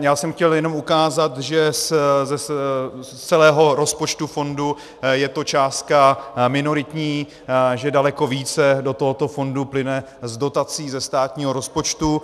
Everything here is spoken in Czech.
Já jsem chtěl jenom ukázat, že z celého rozpočtu fondu je to částka minoritní, že daleko více do tohoto fondu plyne z dotací ze státního rozpočtu.